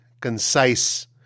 concise